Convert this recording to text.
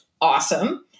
Awesome